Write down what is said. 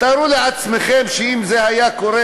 תארו לעצמכם שזה היה קורה